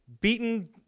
beaten